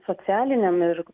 socialinėm ir